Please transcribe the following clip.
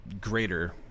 greater